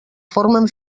formen